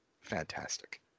fantastic